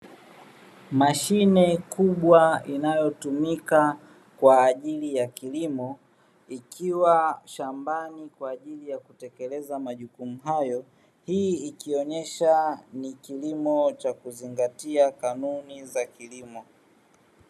Mashine kubwa inayotumika kwa ajili ya kilimo ikiwa shambani kwa ajili ya kutekeleza majukumu hayo. Hii ikionyesha ni kilimo cha kuzingatia kanuni za kilimo.